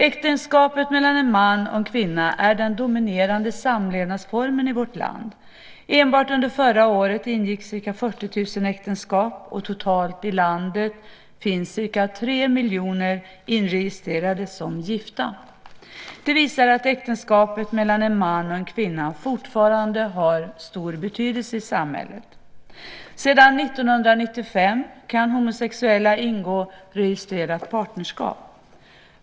Äktenskapet mellan en man och en kvinna är den dominerande samlevnadsformen i vårt land. Enbart under förra året ingicks ca 40 000 äktenskap, och totalt i landet finns ca 3 miljoner personer inregistrerade som gifta. Det visar att äktenskapet mellan en man och en kvinna fortfarande har stor betydelse i samhället. Sedan 1995 kan homosexuella ingå registrerat partnerskap.